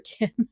again